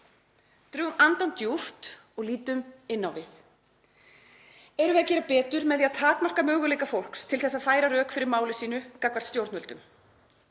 Drögum andann djúpt og lítum inn á við. Erum við að gera betur með því að takmarka möguleika fólks til að færa rök fyrir máli sínu gagnvart stjórnvöldum